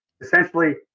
Essentially